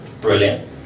brilliant